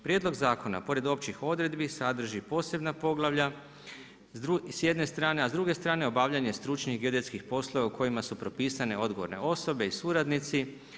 Prijedlog zakona pored općih odredbi sadrži posebna poglavlja, s jedne strane, a s druge strane obavljanje stručnih geodetskih poslova u kojima su propisane odgovorne osobe i suradnici.